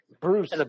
Bruce